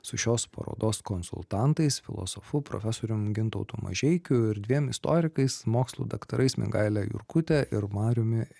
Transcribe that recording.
su šios parodos konsultantais filosofu profesorium gintautu mažeikiu ir dviem istorikais mokslų daktarais mingaile jurkute ir mariumi